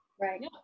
Right